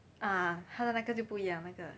ah 他的那个就不一样他的